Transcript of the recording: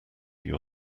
your